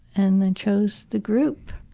and i chose the group.